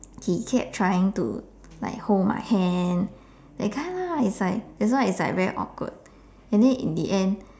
he kept trying to like hold my hand that kind lah it's like that's why it's like very awkward and then in the end